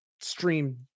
stream